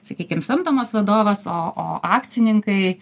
sakykim samdomas vadovas o o akcininkai